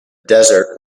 desert